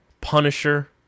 Punisher